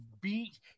beat